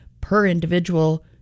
per-individual